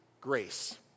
grace